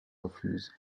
refuse